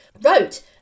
wrote